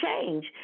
change